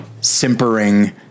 simpering